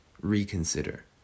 reconsider